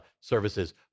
services